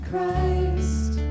Christ